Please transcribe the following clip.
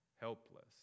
helpless